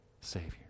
Savior